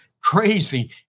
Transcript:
crazy